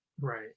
right